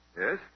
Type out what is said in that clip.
Yes